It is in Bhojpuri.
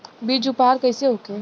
बीज उपचार कइसे होखे?